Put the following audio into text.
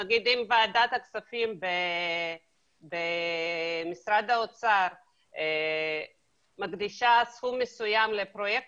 נגיד אם ועדת הכספים במשרד האוצר מקדישה סכום מסוים לפרויקט